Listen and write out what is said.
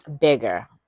bigger